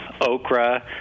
okra